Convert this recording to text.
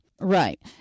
Right